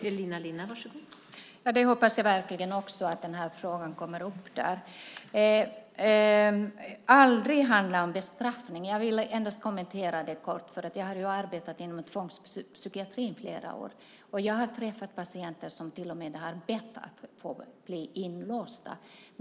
Fru talman! Jag hoppas verkligen att den här frågan kommer upp där. Jag vill endast kort kommentera att det aldrig får handla om bestraffning. Jag har i flera år arbetat inom tvångspsykiatrin. Jag har träffat patienter som till och med har bett om att bli inlåsta.